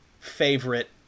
favorite